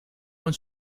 buen